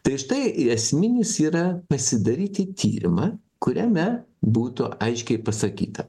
tai štai ir esminis yra pasidaryti tyrimą kuriame būtų aiškiai pasakyta